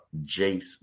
jace